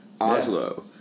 Oslo